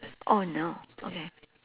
oh no okay